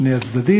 שני הצדדים.